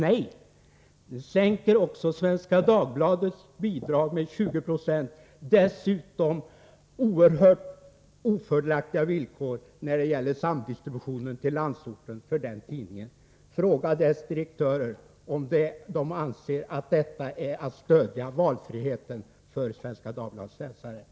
Nej, han vill sänka också Svenska Dagbladets bidrag med 2096, dessutom införs oerhört ofördelaktiga villkor när det gäller samdistributionen till landsorten. Fråga direktörerna om de anser att detta är att stödja valfriheten för Svenska Dagbladets läsare!